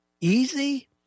easy